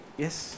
yes